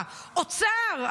ואוצר,